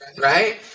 Right